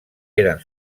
eren